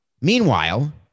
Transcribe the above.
Meanwhile